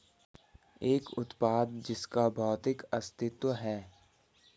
एक उत्पाद जिसका भौतिक अस्तित्व है?